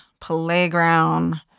playground